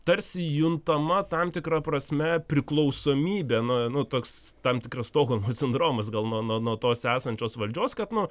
tarsi juntama tam tikra prasme priklausomybė na nu toks tam tikras stokholmo sindromas gal nuo nuo nuo tos esančios valdžios kad nu